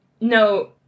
no